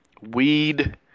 Weed